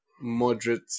moderate